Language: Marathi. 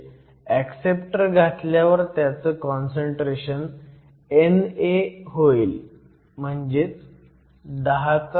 म्हणजे ऍक्सेप्टर घाल्यावर त्याचं काँसंट्रेशन NA होईल 1016